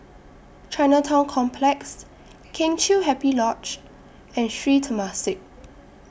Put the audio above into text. Chinatown Complex Kheng Chiu Happy Lodge and Sri Temasek